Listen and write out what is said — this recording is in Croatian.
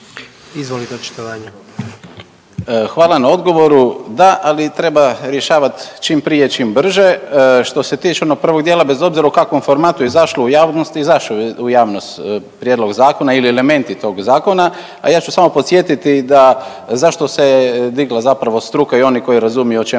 Hvala na odgovoru. Da, ali treba rješavat čim prije, čim brže. Što se tiče onog prvog dijela bez obzira u kakvom formatu je izašlo u javnost izašao je u javnost prijedlog zakona ili elementi tog zakona. A ja ću samo podsjetiti da zašto se digla zapravo struka i oni koji razumiju o čemu